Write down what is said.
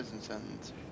sentence